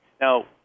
Now